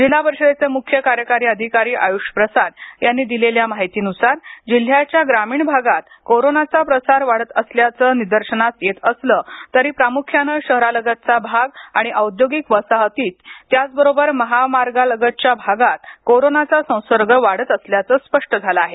जिल्हा परिषदेचे मुख्य कार्यकारी अधिकारी आयुष प्रसाद यांनी दिलेल्या माहितीनुसार जिल्ह्याच्या ग्रामीण भागात कोरोनाचा प्रसार वाढत असल्याचं निदर्शनास येत असलं तरी प्रामुख्यानं शहरालगतचा भाग आणि औद्योगिक वसाहतीत त्याचबरोबर महामार्गालगतच्या भागात कोरोनाचा संसर्ग वाढत असल्याचं स्पष्ट झालं आहे